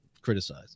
criticize